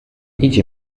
idzie